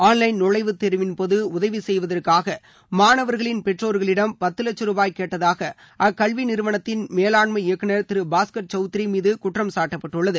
online நுழைவுத்தேர்வின்போது உதவி செய்வதற்காக மாணவர்களின் பெற்றோர்களிடம் பத்து லட்சம் ரூபாய் கேட்டதாக அக்கல்வி நிறுவனத்தின் மேலாண்மை இயக்குநர் திரு பாஸ்கர் சவுத்ரி மீது குற்றம் சாட்டப்பட்டுள்ளது